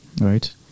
right